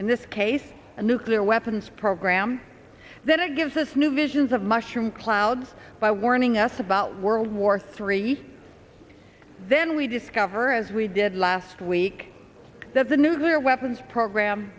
in this case a nuclear weapons program then it gives us new visions of mushroom clouds by warning us about world war three then we discover as we did last week that the nuclear weapons program